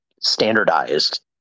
standardized